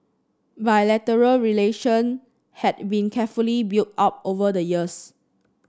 bilateral relation had been carefully built up over the years